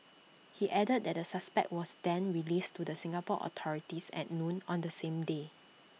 he added that the suspect was then released to the Singapore authorities at noon on the same day